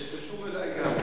קשור אלי גם,